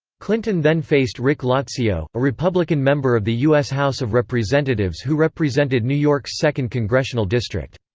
clinton then faced rick lazio, a republican member of the u s. house of representatives who represented new york's second congressional district.